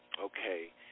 okay